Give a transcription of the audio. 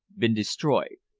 been destroyed.